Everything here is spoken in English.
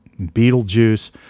Beetlejuice